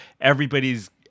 everybody's